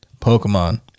Pokemon